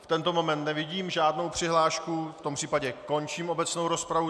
V tento moment nevidím žádnou přihlášku, v tom případě končím obecnou rozpravu.